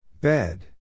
Bed